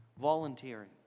volunteering